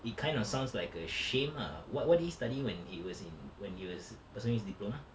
it kind of sounds like a shame ah wha~ what did he study when he was in when he was pursuing his diploma